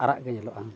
ᱟᱨᱟᱜ ᱜᱮ ᱧᱮᱞᱚᱜᱼᱟ